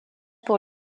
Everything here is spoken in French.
pour